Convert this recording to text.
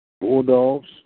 Bulldogs